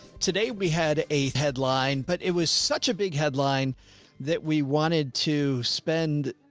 today we had a headline, but it was such a big headline that we wanted to spend.